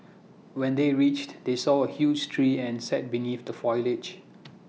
when they reached they saw A huge tree and sat beneath the foliage